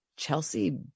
Chelsea